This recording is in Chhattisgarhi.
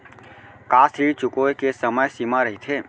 का ऋण चुकोय के समय सीमा रहिथे?